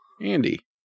Andy